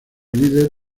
líder